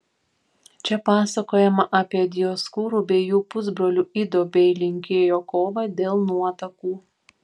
čia pasakojama apie dioskūrų bei jų pusbrolių ido bei linkėjo kovą dėl nuotakų